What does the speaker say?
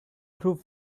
through